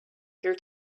here